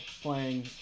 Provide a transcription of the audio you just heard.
playing